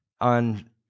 on